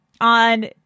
on